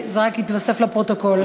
זה רק יתווסף לפרוטוקול.